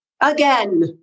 Again